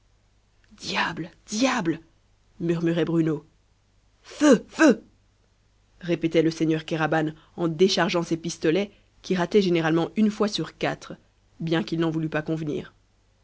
diable diable murmurait bruno feu feu répétait le seigneur kéraban en déchargeant ses pistolets qui rataient généralement une fois sur quatre bien qu'il n'en voulût pas convenir